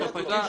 לחזור.